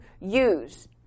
use